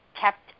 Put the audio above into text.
kept